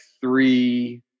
three